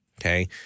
okay